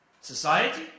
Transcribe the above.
society